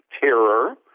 terror